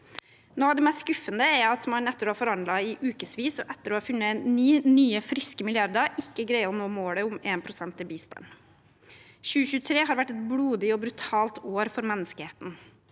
det mest skuffende er at man etter å ha forhandlet i ukevis, og etter å ha funnet 9 nye, friske milliarder, ikke greier å nå målet om 1 pst. til bistand. 2023 har vært et blodig og brutalt år for menneskeheten.